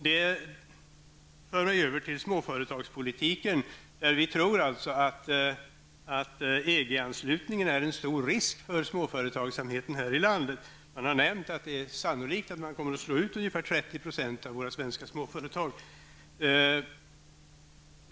Jag går då över till småföretagspolitiken. Vi tror att en EG-anslutning för en stor risk för småföretagsamheten i landet. Det är sannolikt att ungefär 30 % av våra svenska småföretag kommer att slås ut.